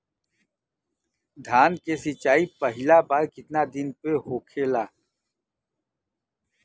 धान के सिचाई पहिला बार कितना दिन पे होखेला?